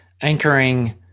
anchoring